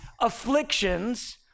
afflictions